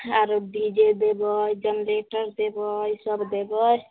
आरो D J देबय generator देबै सब देबै